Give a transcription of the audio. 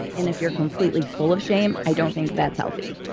and if you're completely full of shame, i don't think that's healthy.